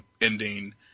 ending